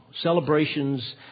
Celebrations